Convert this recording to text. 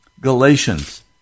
Galatians